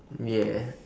ya